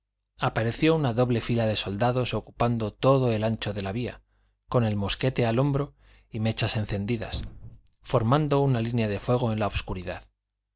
apareció una doble fila de soldados ocupando todo el ancho de la vía con el mosquete al hombro y mechas encendidas formando una línea de fuego en la obscuridad